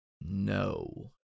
No